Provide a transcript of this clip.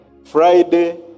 Friday